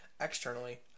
externally